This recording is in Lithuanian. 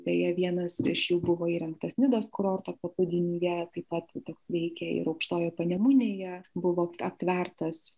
beje vienas iš jų buvo įrengtas nidos kurorto paplūdimyje taip pat toks veikė ir aukštojoje panemunėje buvo aptvertas